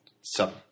sub